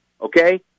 okay